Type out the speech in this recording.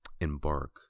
embark